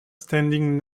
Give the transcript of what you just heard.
standing